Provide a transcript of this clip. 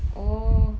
oh